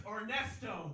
Ernesto